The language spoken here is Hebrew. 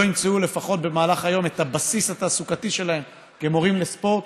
לא ימצאו לפחות במהלך היום את הבסיס התעסוקתי שלהם כמורים לספורט.